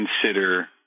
consider